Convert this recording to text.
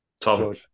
Tom